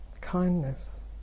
Kindness